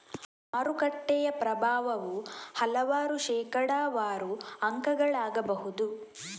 ಮಾರುಕಟ್ಟೆಯ ಪ್ರಭಾವವು ಹಲವಾರು ಶೇಕಡಾವಾರು ಅಂಕಗಳಾಗಬಹುದು